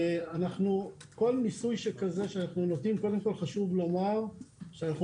וכל ניסוי שכזה קודם כל חשוב לומר שאנחנו